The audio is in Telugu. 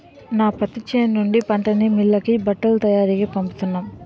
నా పత్తి చేను నుండి పంటని మిల్లుకి బట్టల తయారికీ పంపుతున్నాం